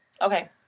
Okay